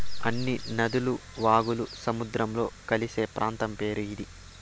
అన్ని నదులు వాగులు సముద్రంలో కలిసే ప్రాంతం పేరు ఇది